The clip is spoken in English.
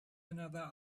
another